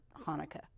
Hanukkah